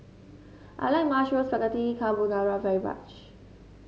I like Mushroom Spaghetti Carbonara very much